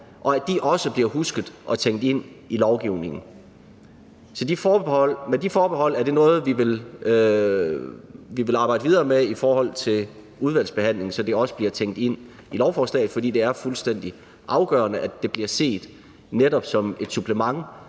og at de også bliver husket og tænkt ind i lovgivningen. Så med de forbehold er det noget, vi vil arbejde videre med i udvalgsbehandlingen, så det også bliver tænkt ind i lovforslaget, for det er fuldstændig afgørende, at det bliver set netop som et supplement,